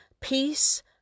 peace